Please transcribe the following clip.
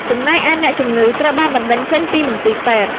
ចំណែកឯ អ្នកជំងឺត្រូវបានបណ្តេញចេញពីមន្ទីរពេទ្យ។